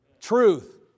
Truth